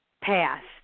passed